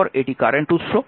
তারপর এটি কারেন্ট উৎস